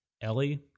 Ellie